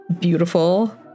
beautiful